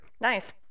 Nice